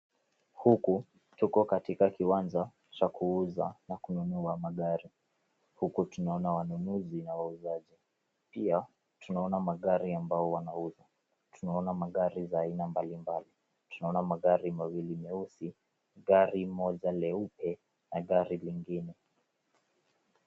Huku tuko katika kiwanja cha kuuza na kununua magari, huku tunaona wanunuzi na wauzaji. Pia tunaona magari ambao wanauza. Tunaona magari za aina mbalimbali. Tunaona magari mawili nyeusi, gari moja leupe na gari lingine.